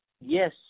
Yes